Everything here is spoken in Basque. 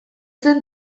zen